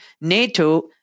NATO